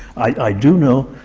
i do know